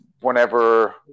whenever